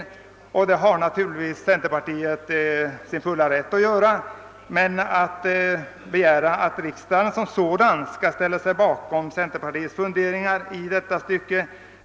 Centerpartiet har givetvis full rätt att göra det, men det är väl mycket begärt att riksdagen skall ställa sig bakom centerpartiets funderingar i dessa stycken.